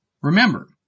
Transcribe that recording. Remember